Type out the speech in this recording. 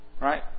Right